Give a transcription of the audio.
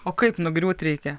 o kaip nugriūt reikia